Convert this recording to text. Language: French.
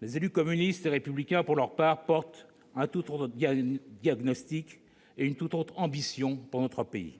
Les élus communistes et républicains, pour leur part, portent un tout autre diagnostic et ont une tout autre ambition pour notre pays.